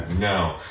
No